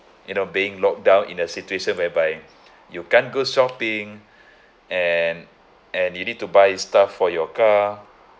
you know being locked down in a situation whereby you can't go shopping and and you need to buy stuff for your car